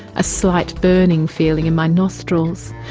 a slight burning feeling in my nostrils,